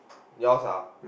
yours ah